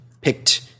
picked